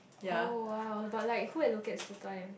oh !wow! but like who allocate the time